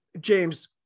James